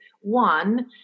One